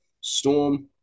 Storm